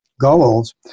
goals